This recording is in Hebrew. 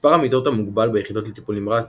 מספר המיטות המוגבל ביחידות לטיפול נמרץ,